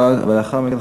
ולאחר מכן,